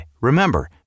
remember